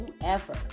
whoever